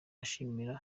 ashimira